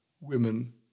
women